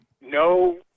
No